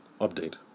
update